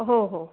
हो हो